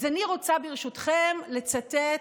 אז אני רוצה ברשותכם לצטט,